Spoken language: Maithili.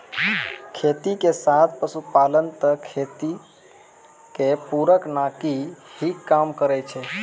खेती के साथ पशुपालन त खेती के पूरक नाकी हीं काम करै छै